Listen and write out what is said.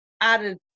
added